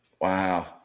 Wow